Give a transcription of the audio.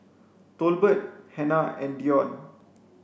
Tolbert Hannah and Dion